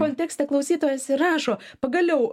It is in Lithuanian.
kontekste klausytojas ir rašo pagaliau